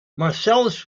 marcellus